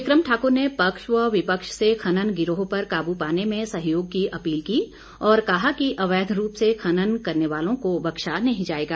विक्रम ठाकुर ने पक्ष व विपक्ष से खनन गिरोह पर काबू पाने में सहयोग की अपील की और कहा कि अवैध रूप से खनन करने वालों को बख्शा नहीं जाएगा